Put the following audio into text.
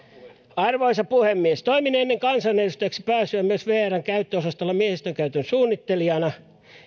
arvoisa puhemies toimin ennen kansanedustajaksi pääsyä myös vrn käyttöosastolla miehistönkäytön suunnittelijana